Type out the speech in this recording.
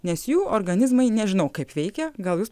nes jų organizmai nežinau kaip veikia gal jūs